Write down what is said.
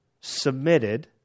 submitted